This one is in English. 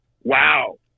Wow